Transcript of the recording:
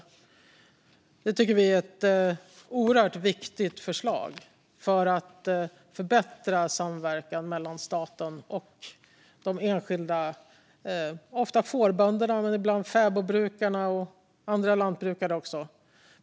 Detta tycker vi är ett oerhört viktigt förslag för att förbättra samverkan mellan staten och enskilda, som ofta är fårbönder men ibland fäbodbrukare eller andra lantbrukare.